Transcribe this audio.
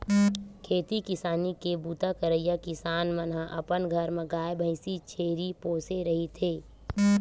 खेती किसानी के बूता करइया किसान मन ह अपन घर म गाय, भइसी, छेरी पोसे रहिथे